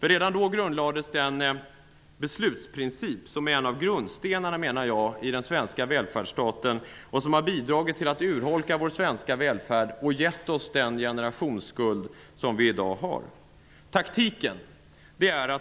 Redan då grundlades den beslutsprincip som jag menar är en av grundstenarna i den svenska välfärdsstaten och som har bidragit till att urholka vår svenska välfärd och givit oss den generationsskuld vi i dag har.